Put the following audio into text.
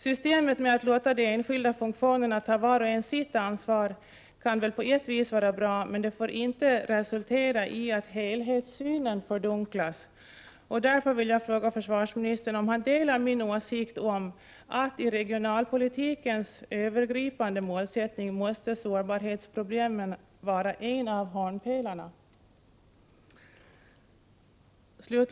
Systemet med att låta de enskilda funktionerna ta var och en sitt ansvar kan väl på ett vis vara bra, men det får inte resultera i att helhetssynen fördunklas. Därför vill jag fråga försvarsministern om han delar min åsikt att i regionalpolitikens övergripande målsättning sårbarhetsproblemen måste vara en hörnpelare.